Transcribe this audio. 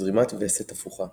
זרימת וסת הפוכה